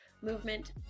movement